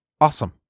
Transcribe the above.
awesome